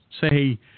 say